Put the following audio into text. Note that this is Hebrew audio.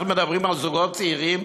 אנחנו מדברים על זוגות צעירים,